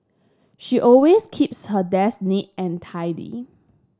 she always keeps her desk neat and tidy